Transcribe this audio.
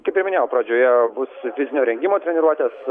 kaip ir minėjau pradžioje bus fizinio rengimo treniruotės